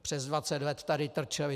Přes 20 let tady trčeli.